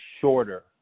shorter